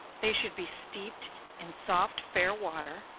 they should be steeped in soft fair water,